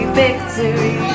victory